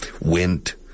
Went